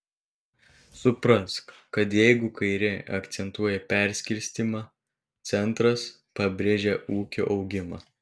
suprask kad jeigu kairė akcentuoja perskirstymą centras pabrėžia ūkio augimą